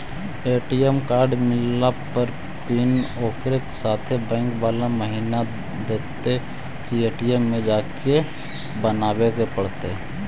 ATM card मिलला पर pin ओकरे साथे बैक बाला महिना देतै कि ए.टी.एम में जाके बना बे पड़तै?